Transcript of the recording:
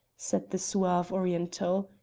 said the suave oriental.